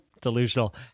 delusional